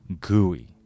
gooey